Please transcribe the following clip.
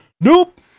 nope